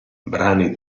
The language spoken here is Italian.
brani